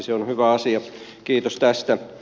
se on hyvä asia kiitos tästä